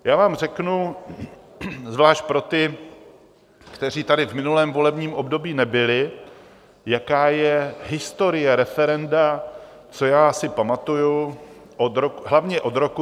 Já vám řeknu, zvlášť pro ty, kteří tady v minulém volebním období nebyli, jaká je historie referenda, co já si pamatuji, hlavně od roku 2017.